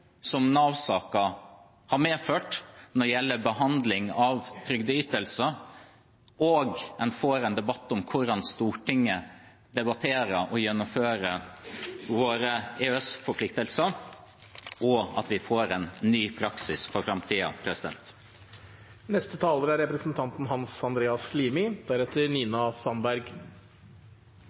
som Nav-saken har medført når det gjelder behandling av trygdeytelser – også får en debatt om hvordan Stortinget debatterer og gjennomfører våre EØS-forpliktelser, og at vi får en ny praksis for